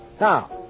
Now